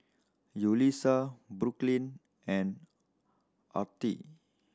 Yulissa Brooklyn and Artie